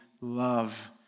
love